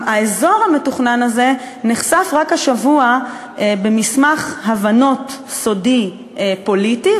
האזור המתוכנן הזה נחשף רק השבוע במסמך הבנות סודי פוליטי,